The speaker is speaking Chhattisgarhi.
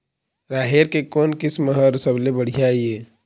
राहेर के कोन किस्म हर सबले बढ़िया ये?